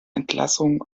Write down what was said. entlassung